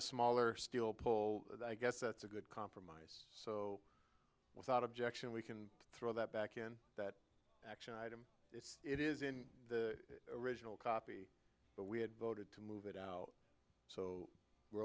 a smaller steel pole that i guess that's a good compromise so without objection we can throw that back in that action item if it is in the original copy but we had voted to move it out so we're